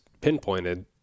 pinpointed